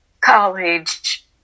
college